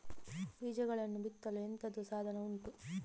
ಬೀಜಗಳನ್ನು ಬಿತ್ತಲು ಎಂತದು ಸಾಧನ ಉಂಟು?